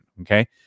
Okay